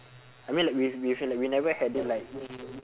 I mean like we've we've like we never had it like